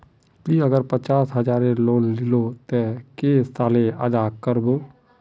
ती अगर पचास हजारेर लोन लिलो ते कै साले अदा कर बो?